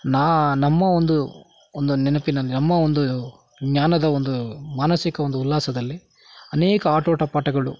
ನಾ ನಮ್ಮ ಒಂದು ಒಂದು ನೆನಪಿನಲ್ಲಿ ನಮ್ಮ ಒಂದು ಜ್ಞಾನದ ಒಂದು ಮಾನಸಿಕ ಒಂದು ಉಲ್ಲಾಸದಲ್ಲಿ ಅನೇಕ ಆಟೋಟ ಪಾಠಗಳು